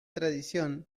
tradición